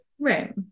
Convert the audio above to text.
Right